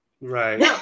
Right